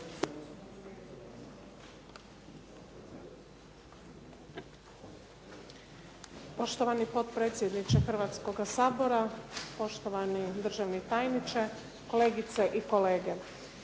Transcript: Poštovani potpredsjedniče Hrvatskoga sabora. Poštovani državni tajniče, kolegice i kolege.